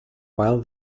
while